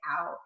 out